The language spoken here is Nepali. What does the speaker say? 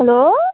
हेलो